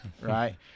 right